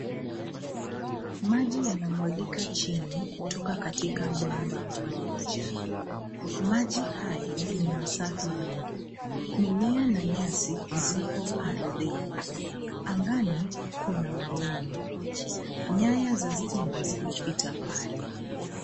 Maji yanamwagika chini kutoka katika bomba moja. Maji hayo ni masafi mno. Mimea na nyasi zipo ardhini. Angani kuna mawingu. Nyaya za stima zimepita pale.